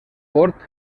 port